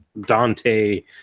Dante